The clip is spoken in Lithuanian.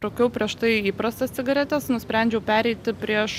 rūkiau prieš tai įprastas cigaretes nusprendžiau pereiti prieš